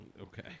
Okay